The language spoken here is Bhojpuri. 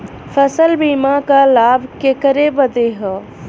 फसल बीमा क लाभ केकरे बदे ह?